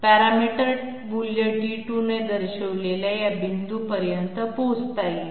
parameter मूल्य t2 ने दर्शविलेल्या या बिंदूपर्यंत पोहोचता येईल